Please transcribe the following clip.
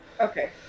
Okay